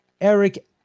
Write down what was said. Eric